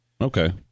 Okay